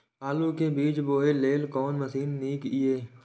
आलु के बीज बोय लेल कोन मशीन नीक ईय?